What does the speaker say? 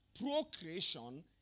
procreation